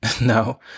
No